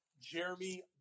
jeremy